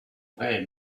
vrai